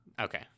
okay